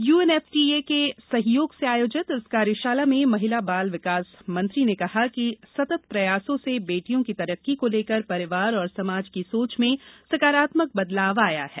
UNFTA के सहयोग से आयोजित इस कार्यशाला में महिला बाल विकास मंत्री ने कहा कि सतत प्रयासों से बेटियों की तरक्की को लेकर परिवार और समाज की सोच में सकारात्मक बदलाव आया है